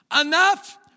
Enough